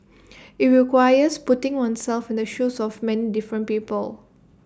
IT requires putting oneself in the shoes of many different people